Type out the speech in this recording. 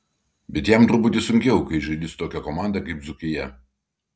bet jam truputį sunkiau kai žaidi su tokia komanda kaip dzūkija